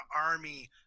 army